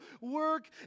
work